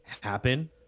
happen